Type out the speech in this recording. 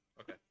Okay